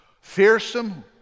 fearsome